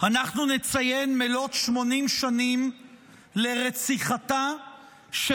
אנחנו נציין מלאות 80 שנים לרציחתה של